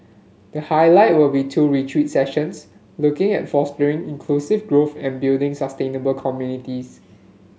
the highlight will be two retreat sessions looking at fostering inclusive growth and building sustainable communities